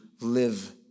live